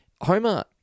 Homer